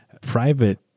private